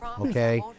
Okay